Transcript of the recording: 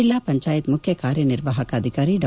ಜೆಲ್ಲಾ ಪಂಜಾಯತ್ ಮುಖ್ಯ ಕಾರ್ಯನಿರ್ವಾಪಕ ಅಧಿಕಾರಿ ಡಾ